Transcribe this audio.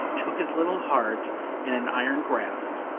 took his little heart in an iron grasp.